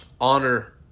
honor